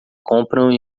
compram